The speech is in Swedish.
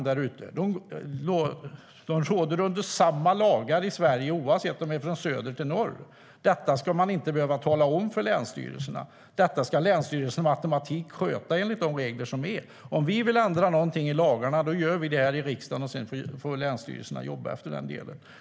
De råder under samma lagar i Sverige från söder till norr. Detta ska man inte behöva tala om för länsstyrelserna. Detta ska länsstyrelserna med automatik sköta enligt de regler som finns. Om vi vill ändra någonting i lagarna gör vi det här i riksdagen, och sedan får länsstyrelserna jobba utifrån det.